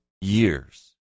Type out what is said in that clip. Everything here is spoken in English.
years